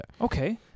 Okay